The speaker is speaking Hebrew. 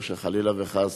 לא שחלילה וחס,